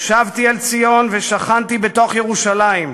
שבתי אל ציון ושכנתי בתוך ירושלים.